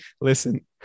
listen